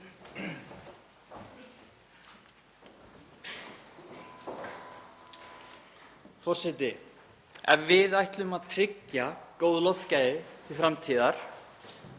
Forseti. Ef við ætlum að tryggja góð loftgæði til framtíðar